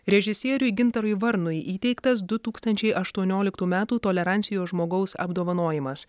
režisieriui gintarui varnui įteiktas du tūkstančiai aštuonioliktų metų tolerancijos žmogaus apdovanojimas